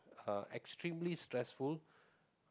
uh extremely stressful